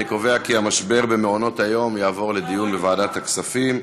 אני קובע כי נושא המשבר במעונות-היום יעבור לדיון בוועדת הכספים.